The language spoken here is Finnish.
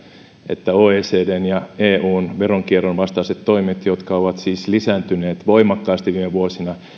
että oecdn ja eun veronkierron vastaiset toimet jotka ovat siis lisääntyneet voimakkaasti viime vuosina